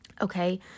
Okay